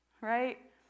right